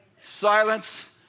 Silence